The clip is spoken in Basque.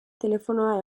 telefonoa